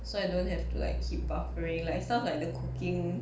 so I don't have to like keep buffering like stuff like the cooking